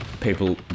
people